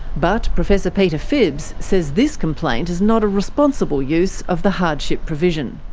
but professor peter phibbs says this complaint is not a responsible use of the hardship provision.